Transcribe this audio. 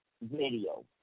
video